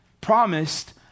promised